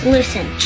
Listen